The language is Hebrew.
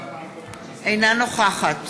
אינה נוכחת